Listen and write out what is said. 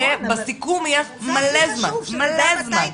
בסיכום יהיה מלא זמן, מלא זמן.